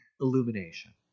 illumination